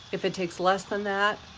if it takes less than that,